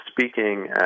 speaking